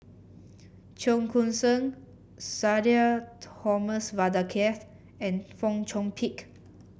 Cheong Koon Seng Sudhir Thomas Vadaketh and Fong Chong Pik